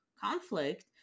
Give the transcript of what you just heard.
conflict